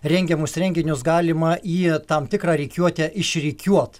rengiamus renginius galima į tam tikrą rikiuotę išrikiuot